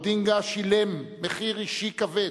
מר אודינגה שילם מחיר אישי כבד,